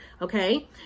Okay